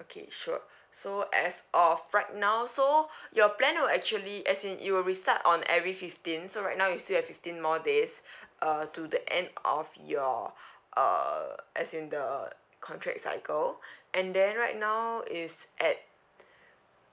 okay sure so as of right now so your plan will actually as in it will restart on every fifteen so right now you still have fifteen more days uh to the end of your err as in the contract cycle and then right now is at